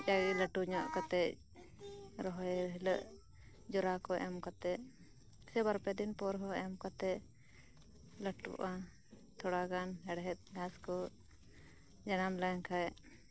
ᱡᱟᱜᱮ ᱞᱟᱹᱴᱩ ᱧᱚᱜ ᱠᱟᱛᱮᱫ ᱨᱚᱦᱚᱭ ᱦᱤᱞᱳᱜ ᱡᱚᱨᱟ ᱠᱚ ᱮᱢ ᱠᱟᱛᱮᱫ ᱥᱮ ᱵᱟᱨᱯᱮ ᱫᱤᱱ ᱯᱚᱨ ᱦᱚᱸ ᱮᱢ ᱠᱟᱛᱮ ᱞᱟᱹᱴᱩᱜᱼᱟ ᱛᱷᱚᱲᱟ ᱜᱟᱱ ᱦᱮᱲᱦᱮᱫ ᱜᱷᱟᱥ ᱠᱚ ᱡᱟᱱᱟᱢ ᱞᱮᱱᱠᱷᱟᱡ